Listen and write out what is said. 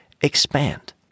expand